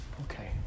okay